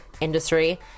industry